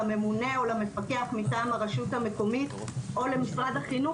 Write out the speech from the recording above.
לממונה או למפקח מטעם הרשות המקומית או למשרד החינוך